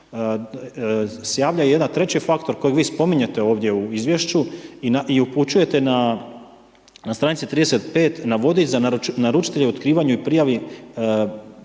javlja jedan treći faktor kojeg vi spominjete ovdje u izvješću i upućujete na str. 35. na vodič za naručitelje, otkrivanju i prijavi